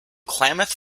klamath